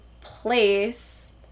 place